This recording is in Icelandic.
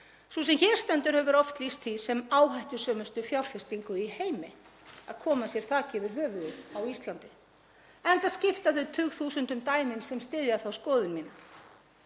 Sú sem hér stendur hefur oft lýst því sem áhættusömustu fjárfestingu í heimi að koma sér þaki yfir höfuðið á Íslandi, enda skipta dæmin sem styðja þá skoðun mína